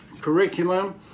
curriculum